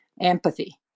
empathy